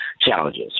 challenges